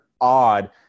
odd